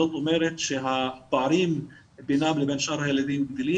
זאת אומרת שהפערים בינם לבין שאר הילדים גדלים